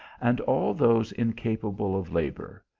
and all those incapable of labour,